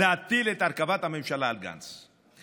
להטיל את הרכבת הממשלה על גנץ,